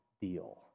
deal